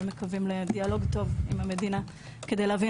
ומקווים לדיאלוג טוב עם המדינה כדי להבין